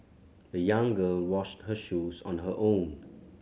the young girl washed her shoes on her own